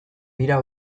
dira